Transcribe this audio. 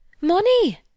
Money